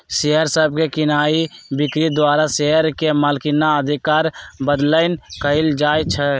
share सभके कीनाइ बिक्री द्वारा शेयर के मलिकना अधिकार बदलैंन कएल जाइ छइ